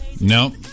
No